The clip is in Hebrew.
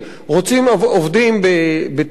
רוצים עובדים בתיירות,